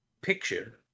picture